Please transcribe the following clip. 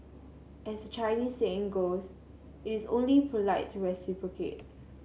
as the Chinese saying goes it is only polite to reciprocate